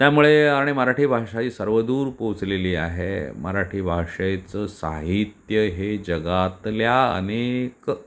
त्यामुळे आणि मराठी भाषा ही सर्वदूर पोहचलेली आहे मराठी भाषेचं साहित्य हे जगातल्या अनेक